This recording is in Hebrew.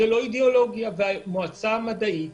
המועצה המדעית